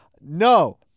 No